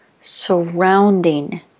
surrounding